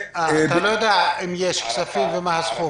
אתה לא יודע אם יש כספים ומה הסכום.